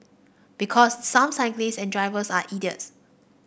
because some cyclists and drivers are idiots